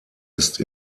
ist